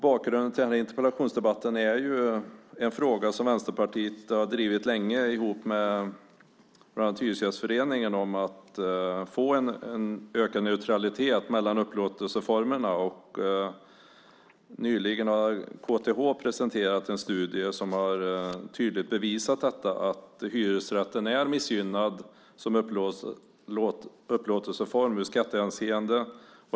Bakgrunden till min interpellation är en fråga som Vänsterpartiet länge drivit tillsammans med bland annat Hyresgästföreningen, nämligen att få en ökad neutralitet mellan upplåtelseformerna. Nyligen har KTH presenterat en studie som tydligt visar att hyresrätten som upplåtelseform är missgynnad i skattehänseende.